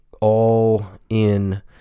all-in